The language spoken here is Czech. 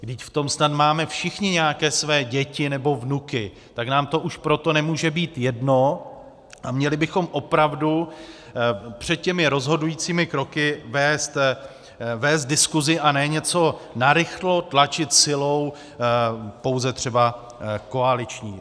Vždyť v tom snad máme všichni nějaké své děti nebo vnuky, tak nám to už proto nemůže být jedno a měli bychom opravdu před těmi rozhodujícími kroky vést diskusi, a ne něco narychlo tlačit silou pouze třeba koaliční.